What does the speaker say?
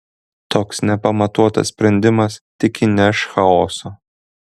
toks nepamatuotas sprendimas tik įneš chaoso